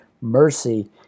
mercy